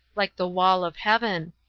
like the wall of heaven.